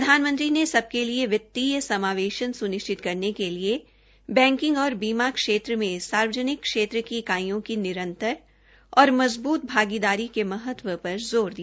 प्रधानमंत्री ने सबके लिए वित्तीय समावेश सुनिश्चित करने के लिए बैकिंग और बीमा क्षेत्र में सार्वजनिक क्षेत्र की इकाइयों की निरन्तर और मज़बूत भागीदारी के महत्व पर ज़ोर दिया